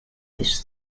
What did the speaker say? this